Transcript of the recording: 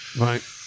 right